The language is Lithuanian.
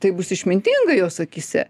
ir taip bus išmintinga jos akyse